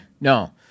No